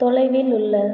தொலைவில் உள்ள